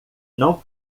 não